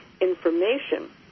information